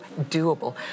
doable